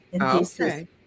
Okay